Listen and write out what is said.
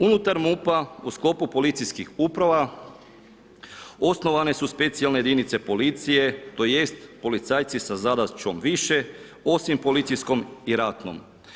Unutar MUP-a u sklopu policijskih uprava osnovane su specijalne jedinice policije, tj. policajci sa zadaćom više, osim policijskom i ratnom.